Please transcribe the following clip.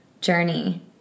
journey